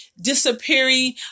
disappearing